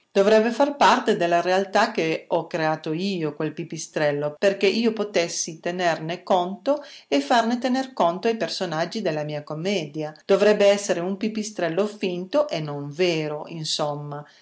dovrebbe far parte della realtà che ho creato io quel pipistrello perché io potessi tenerne conto e farne tener conto ai personaggi della mia commedia dovrebbe essere un pipistrello finto e non vero insomma